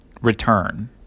return